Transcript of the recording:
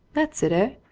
that's it, ah?